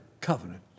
covenant